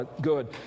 good